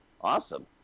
awesome